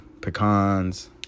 pecans